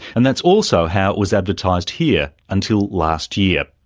and that's also how it was advertised here, until last year.